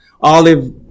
Olive